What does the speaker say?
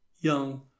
young